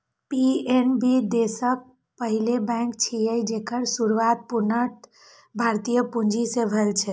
PNB देशक पहिल bank छियै, जेकर शुरुआत पूर्णतः भारतीय पूंजी सं भेल रहै